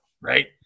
right